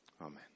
Amen